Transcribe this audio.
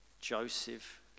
Joseph